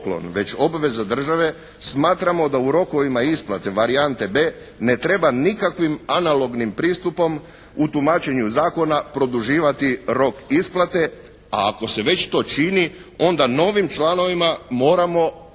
već obveza države smatramo da u rokovima isplate varijante b) ne treba nikakvih analognim pristupom u tumačenju zakona produživati rok isplate. A ako se već to čini onda novim članovima moramo drukčije